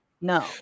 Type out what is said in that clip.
no